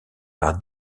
par